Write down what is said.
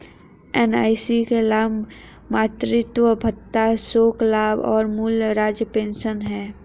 NIC के लाभ मातृत्व भत्ता, शोक लाभ और मूल राज्य पेंशन हैं